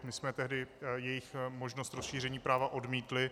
My jsme tehdy jejich možnost rozšíření práva odmítli.